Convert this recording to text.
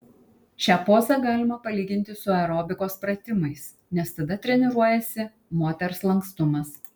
šią pozą galima palyginti su aerobikos pratimais nes tada treniruojasi moters lankstumas